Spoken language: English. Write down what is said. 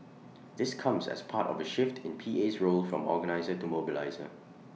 this comes as part of A shift in P A's role from organiser to mobiliser